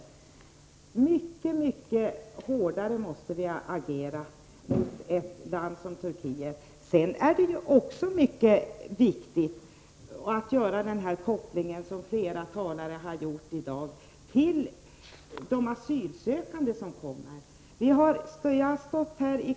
Vi måste agera mycket hårdare mot ett land som Turkiet. Sedan är det mycket viktigt att göra den koppling till de asylsökande som kommer som flera talare i dag har varit inne på.